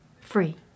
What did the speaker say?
free